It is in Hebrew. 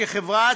כחברה,